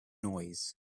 noise